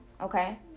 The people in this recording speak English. okay